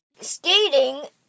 skating